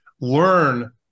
learn